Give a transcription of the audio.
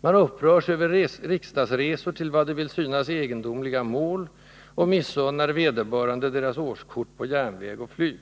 Man upprörs över riksdagsresor till vad det vill synas egendomliga mål och missunnar vederbörande deras årskort på järnväg och flyg.